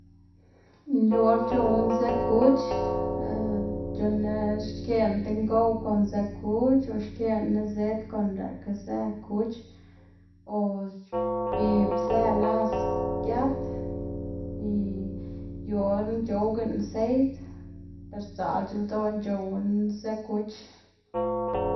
yu or c̲h̲owná zë kuch c̲h̲unn- ná xkeꞌná ti ngow kon zë kuch, lox xkeꞌná nizëd kon lëꞌkga zë kuch o xbib zë las giat y yu orna c̲h̲owganá seid, ber sdzaꞌlc̲h̲a ldoꞌná c̲h̲owná zë kuch.